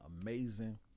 amazing